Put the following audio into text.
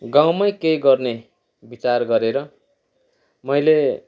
गाउँमै केही गर्ने विचार गरेर मैले